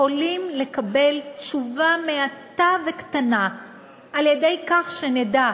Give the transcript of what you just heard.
יכולים לקבל תשובה מעטה וקטנה על-ידי כך שנדע